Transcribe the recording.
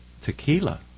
Tequila